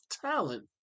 talent